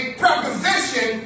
preposition